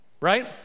Right